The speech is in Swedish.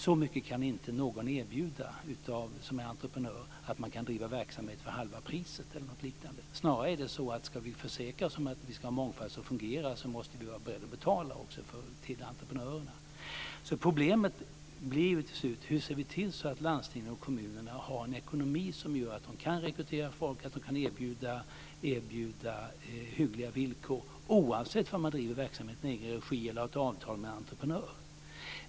Så mycket kan inte någon entreprenör erbjuda som att man kan bedriva verksamhet för halva priset eller något liknande. Snarare är det så att om vi ska försäkra oss om att vi ska ha en mångfald som fungerar, måste vi också vara beredda att betala till entreprenörerna. Problemet blir till slut hur vi ser till att landstingen och kommunerna har en ekonomi som gör att de kan rekrytera folk och erbjuda hyggliga villkor, oavsett om de bedriver verksamhet i egen regi eller om de har ett avtal med entreprenör.